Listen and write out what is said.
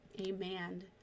amen